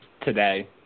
today